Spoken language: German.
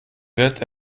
wird